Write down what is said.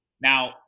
Now